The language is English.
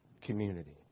Community